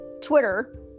Twitter